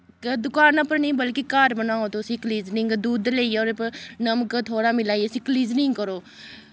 क दुकान उप्पर निं बल्कि घर बनाओ तुस एह् क्लीजनिंग दुद्ध लेई जाओ ओह्दे पर नमक थोह्ड़ा मलाइयै इस्सी क्लीजनिंग करो